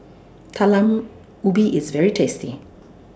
Talam Ubi IS very tasty